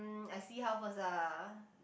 mm I see how first ah